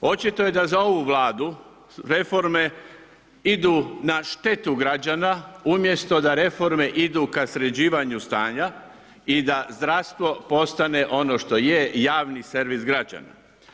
Očito je da za ovu Vladu reforme idu na štetu građana umjesto da reforme idu ka sređivanju stanja i da zdravstvo postane ono što je, javni servis građana.